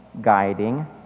guiding